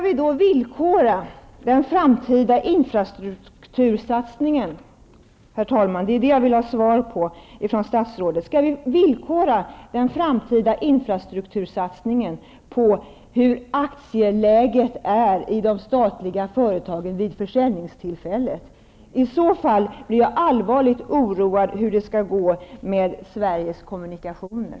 Herr talman! Skall vi då villkora den framtida infrastruktursatsningen på hur aktieläget är i de statliga företagen vid försäljningstillfället? I så fall blir jag allvarligt oroad över hur det skall gå med